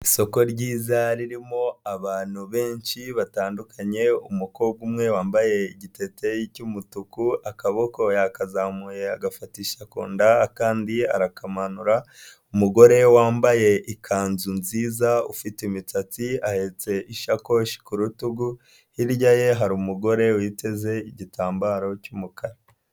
Isoko ryiza ririmo abantu benshi batandukanye, umukobwa umwe wambaye igiteteyi cy'umutuku akaboko yakazamuye agafatisha ku nda akandi arakamanura, umugore wambaye ikanzu nziza ufite imitsatsi ahetse isakoshi ku rutugu, hirya ye hari umugore witeze igitambaro cy'umukara.